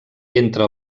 entre